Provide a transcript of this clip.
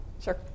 Sure